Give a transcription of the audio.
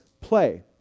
play